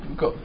go